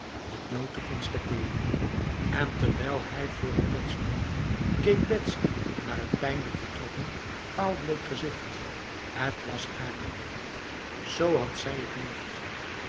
de dood te constateren en terwijl hij voor het bed stond keek betsy naar het pijnlijk vertrokken vaalbleek gezicht het was haar bekenaj z had zij het meer gezien